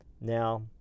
Now